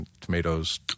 tomatoes